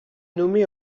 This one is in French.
nommée